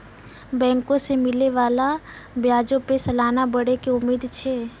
बैंको से मिलै बाला ब्याजो पे सलाना बढ़ै के उम्मीद छै